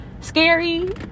Scary